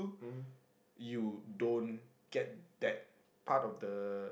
you don't get that part of the